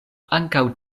ankaŭ